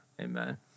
Amen